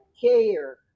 care